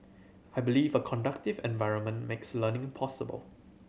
I believe a conducive environment makes learning possible